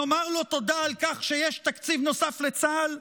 שנאמר לו תודה על כך שיש תקציב נוסף לצה"ל?